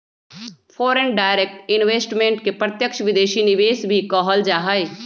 foreign direct investment के प्रत्यक्ष विदेशी निवेश भी कहल जा हई